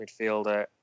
midfielder